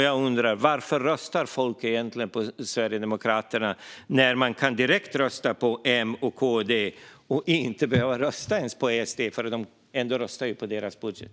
Jag undrar varför folk egentligen röstar på Sverigedemokraterna när de direkt kan rösta på M och KD, för SD röstar ju ändå på deras budget.